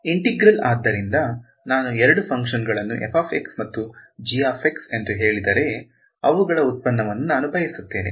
integral ಆದ್ದರಿಂದ ನಾನು ಎರಡು ಫಂಕ್ಷನ್ ಗಳನ್ನು ಮತ್ತು ಹೇಳಿದರೆ ಅವಗಳ ಉತ್ಪನ್ನವನ್ನು ನಾನು ಬಯಸುತ್ತೇನೆ